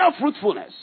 fruitfulness